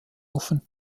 offen